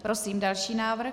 Prosím další návrh.